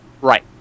Right